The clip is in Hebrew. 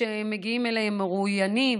כשמגיעים אליהם מרואיינים,